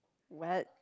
what